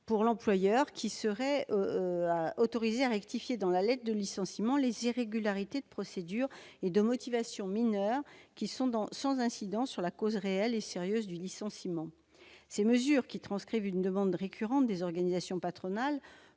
»: celui-ci serait autorisé à rectifier dans la lettre de licenciement les irrégularités de procédure et de motivation mineures qui sont sans incidence sur la cause réelle et sérieuse du licenciement. Ces mesures, qui transcrivent une demande récurrente des organisations patronales,